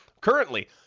Currently